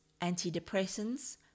antidepressants